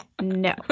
No